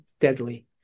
deadly